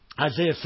Isaiah